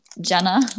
Jenna